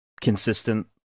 consistent